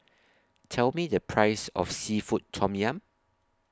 Tell Me The Price of Seafood Tom Yum